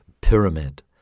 pyramid